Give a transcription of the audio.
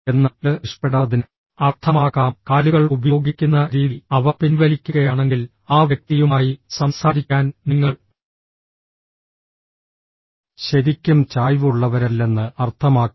എന്നാൽ ഇത് ഇഷ്ടപ്പെടാത്തതിനെ അർത്ഥമാക്കാം കാലുകൾ ഉപയോഗിക്കുന്ന രീതി അവ പിൻവലിക്കുകയാണെങ്കിൽ ആ വ്യക്തിയുമായി സംസാരിക്കാൻ നിങ്ങൾ ശരിക്കും ചായ്വുള്ളവരല്ലെന്ന് അർത്ഥമാക്കാം